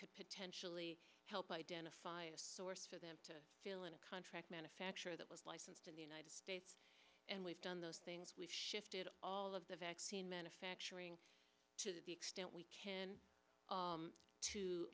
could potentially help identify a source for them to fill in a contract manufacturer that was licensed in the united states and we've done those things we've shifted all of the vaccine manufacturing to the extent we can